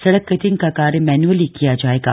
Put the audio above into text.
सड़क कटिंग का कार्य मन्न्अली किया जायेगा